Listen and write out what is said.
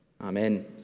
Amen